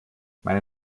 meine